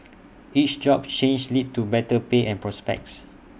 each job change led to better pay and prospects